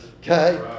Okay